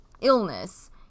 illness